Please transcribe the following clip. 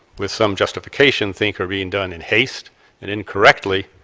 with some justification, think are being done in haste and incorrectly,